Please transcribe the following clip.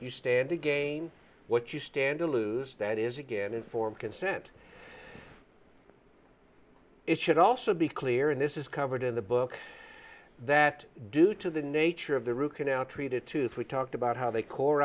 you stand to gain what you stand to lose that is again informed consent it should also be clear and this is covered in the book that due to the nature of the root canal treated tooth we talked about how they core